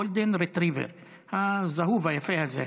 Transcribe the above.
גולדן רטריבר, הזהוב היפה הזה.